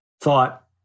thought